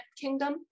kingdom